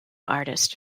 artist